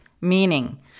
meaning